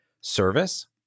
service